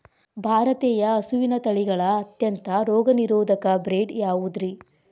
ಭಾರತೇಯ ಹಸುವಿನ ತಳಿಗಳ ಅತ್ಯಂತ ರೋಗನಿರೋಧಕ ಬ್ರೇಡ್ ಯಾವುದ್ರಿ?